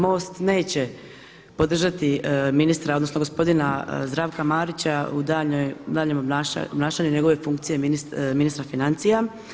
MOST neće podržati ministra odnosno gospodina Zdravka Marića u daljnjem obnašanju njegove funkcije ministra financija.